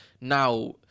now